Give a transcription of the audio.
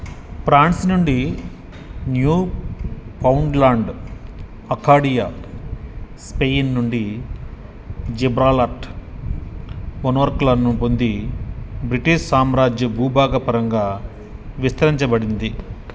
France నుండి Newfoundland Acadia Spain నుండి Gibraltar మోనార్క్లను పొంది బ్రిటీష్ సామ్రాజ్య భూభాగపరంగా విస్తరించబడింది